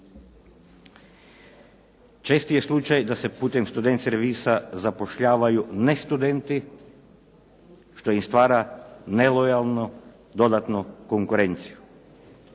Česti je slučaj da se putem student-servisa zapošljavaju ne studenti što im stvara nelojanu dodatnu konkurenciju.